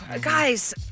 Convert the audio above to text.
Guys